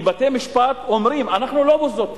כי בתי-משפט אומרים: אנחנו לא מוסדות תכנון.